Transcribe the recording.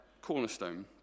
cornerstone